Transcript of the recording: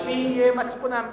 על-פי מצפונם.